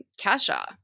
Kesha